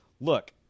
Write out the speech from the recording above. look